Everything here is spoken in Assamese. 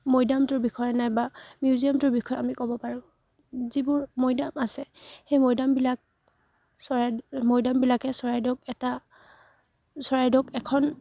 মৈদামটোৰ বিষয়ে নাইবা মিউজিয়ামটোৰ বিষয়ে আমি ক'ব পাৰোঁ যিবোৰ মৈদাম আছে সেই মৈদামবিলাক চৰাইদ্ মৈদামবিলাকে চৰাইদেউক এটা চৰাইদেউক এখন